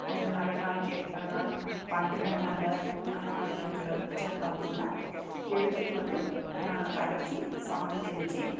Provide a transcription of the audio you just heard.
ஒரு நாள் கெட்ட நாள் பண்டிகை நாளில் அந்தமாதிரி இருக்கிறச்ச பார்த்திங்கன்னா எடுத்துகிட்டு வந்து அதை நாங்கள் கரைத்து சாணி தெளித்து